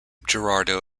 girardeau